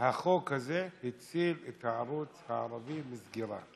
החוק הזה הציל את הערוץ הערבי מסגירה.